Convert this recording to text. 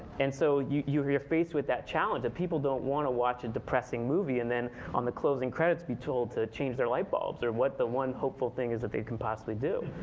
and so you're you're faced with that challenge that people don't want to watch a depressing movie, and then on the closing credits be told to change their light bulbs or what the one hopeful thing is that they can possibly do.